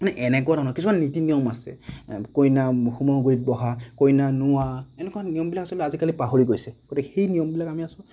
মানে এনেকুৱা ধৰণৰ কিছুমান নীতি নিয়ম আছে কইনা হোম হোমৰ গুড়িত বহা কইনা নোওৱা এনেকুৱা নিয়মবিলাক আচলতে আজিকালি পাহৰি গৈছে গতিকে সেই নিয়মবিলাক আমি আচলতে